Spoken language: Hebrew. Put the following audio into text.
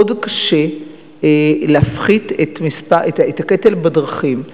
מאוד קשה להפחית את הקטל בדרכים.